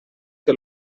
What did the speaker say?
que